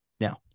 Now